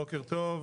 בוקר טוב,